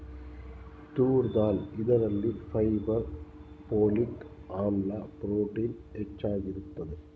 ತೂರ್ ದಾಲ್ ಇದರಲ್ಲಿ fibre, folic ಆಮ್ಲ, ಪ್ರೋಟೀನ್ ಹೆಚ್ಚಾಗಿರುತ್ತದೆ